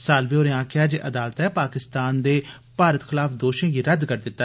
सालवे होरें आक्खेया कि अदालतै पाकिस्तान दे भारत खलाफ दोषें गी रद्द करी दिता